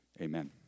amen